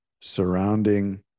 surrounding